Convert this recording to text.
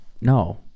No